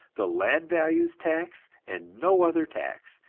the land values tax and no other tax,